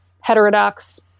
heterodox